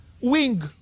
wing